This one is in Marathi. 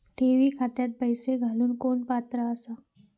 ठेवी खात्यात पैसे घालूक कोण पात्र आसा?